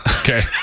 okay